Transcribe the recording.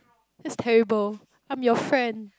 that's terrible I'm your friend